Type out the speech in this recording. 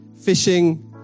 fishing